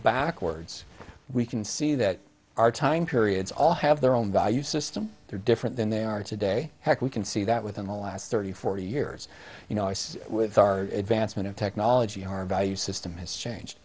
backwards we can see that our time periods all have their own value system they're different than they are today heck we can see that within the last thirty forty years you know as with our advancement of technology our value system has changed